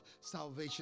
salvation